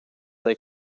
they